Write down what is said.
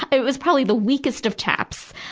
it was probably the weakest of taps.